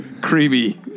creamy